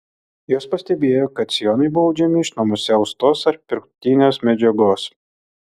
jos pastebėjo kad sijonai buvo audžiami iš namuose austos ar pirktinės medžiagos